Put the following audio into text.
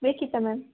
ಬೇಕಿತ್ತಾ ಮ್ಯಾಮ್